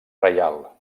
reial